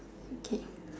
okay